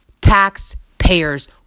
taxpayers